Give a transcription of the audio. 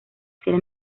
serie